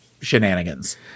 shenanigans